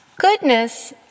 Goodness